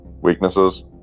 weaknesses